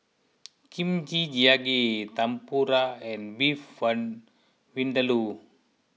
Kimchi Jjigae Tempura and Beef Vindaloo